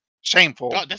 Shameful